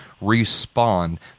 respond